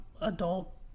adult